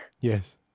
Yes